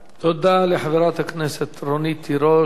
תודה לחברת הכנסת רונית תירוש.